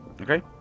Okay